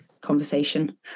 conversation